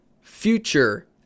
future